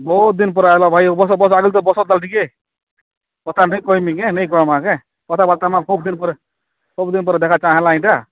ବହୁତ ଦିନ ପରେ ଆଇଲ ଭାଇ ହୋଉ ବସ ବସ ଆଗ ବସ ତ ଟିକେ କଥା ନେଇ କହିମିକେ ନେଇ କହିମା କେ କଥାବର୍ତ୍ତା ନା ଖୁବ ଦିନ ପରେ ଖୁବ ଦିନ ପରେ ଦେଖା ଚାହାଁ ହେଲା ଏଇଟା